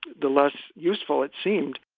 the less useful it seemed